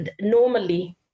normally